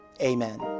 Amen